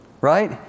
right